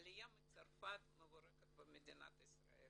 העלייה מצרפת מבורכת במדינת ישראל